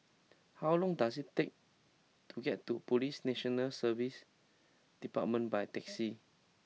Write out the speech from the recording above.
how long does it take to get to Police National Service Department by taxi